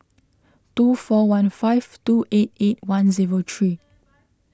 two four one five two eight eight one zero three